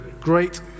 great